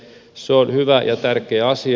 se on hyvä ja tärkeä asia